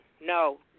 no